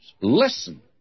Listen